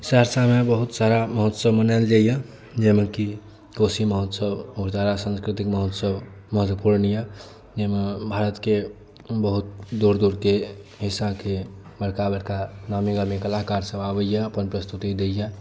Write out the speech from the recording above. सहरसामे बहुत सारा महोत्सव मनाओल जाइए जाहिमे कि कोशी महोत्सव उग्रतारा सांस्कृतिक महोत्सव महत्वपूर्ण अइ जाहिमे भारतके बहुत दूर दूरके हिस्साके बड़का बड़का नामीगामी कलाकारसब आबैए अपन प्रस्तुति दैए